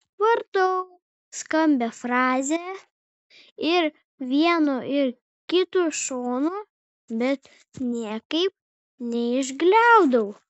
vartau skambią frazę ir vienu ir kitu šonu bet niekaip neišgliaudau